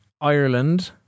Ireland